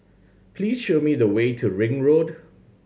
please show me the way to Ring Road